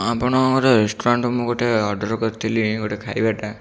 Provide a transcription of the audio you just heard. ଆପଣଙ୍କ ରେଷ୍ଟୁରାଣ୍ଟରୁ ମୁଁ ଗୋଟେ ଅର୍ଡ଼ର କରିଥିଲି ଗୋଟେ ଖାଇବାଟା